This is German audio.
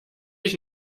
ich